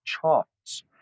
charts